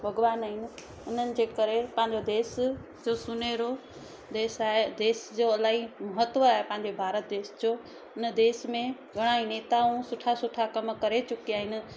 भॻवान आहिनि उन्हनि जे करे पंहिंजो देश सुनहरो देश आहे देश जो इलाही महत्व आहे पंहिंजे भारत देश जो हुन देश में घणा ई नेताऊं सुठा सुठा कमु करे चुकिया आहिनि